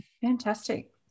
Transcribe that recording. Fantastic